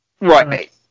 Right